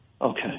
Okay